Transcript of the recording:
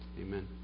amen